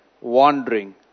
wandering